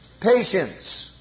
Patience